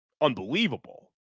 unbelievable